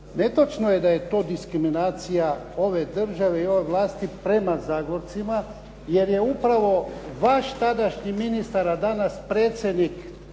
Netočno je da je to diskriminacija ove države i ove vlasti prema Zagorcima jer je upravo vaš tadašnji ministar a danas predsjednik